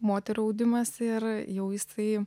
moterų audimas ir jau jisai